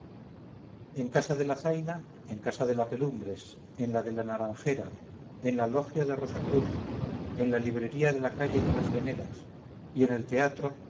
en casa de la zaina en casa de la pelumbres en la de la naranjera en la logia de rosa cruz en la librería de la calle de las veneras y en el teatro